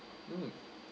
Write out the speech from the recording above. mm